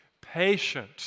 patient